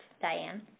Diane